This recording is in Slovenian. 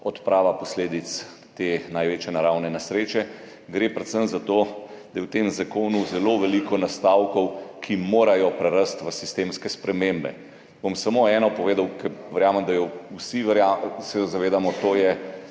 odpravo posledic te največje naravne nesreče. Gre predvsem za to, da je v tem zakonu zelo veliko nastavkov, ki morajo prerasti v sistemske spremembe. Bom samo eno povedal, česar verjamem, da se vsi zavedamo, to so